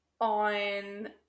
on